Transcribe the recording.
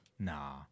Nah